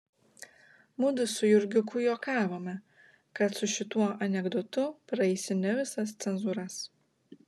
mudu su jurgiuku juokavome kad su šituo anekdotu praeisi ne visas cenzūras